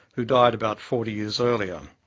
who died about forty years earlier.